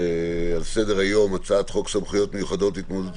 על סדר-היום הצעת חוק סמכויות מיוחדות להתמודדות